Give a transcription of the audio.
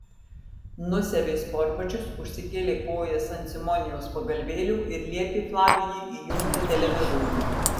nusiavė sportbačius užsikėlė kojas ant simonijos pagalvėlių ir liepė flavijui įjungti televizorių